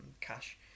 cash